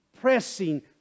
pressing